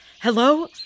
Hello